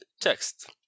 text